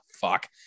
fuck